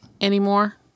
anymore